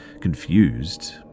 confused